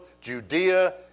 Judea